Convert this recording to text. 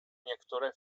niektóre